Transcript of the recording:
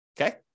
Okay